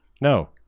No